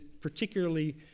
particularly